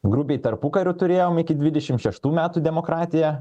grubiai tarpukariu turėjom iki dvidešim šeštų metų demokratiją